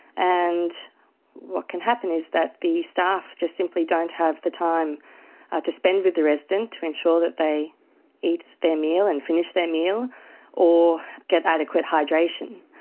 and what can happen is that the staff just simply don't have the time to spend with the resident to ensure that they eat their meal and finish their meal or get adequate hydration,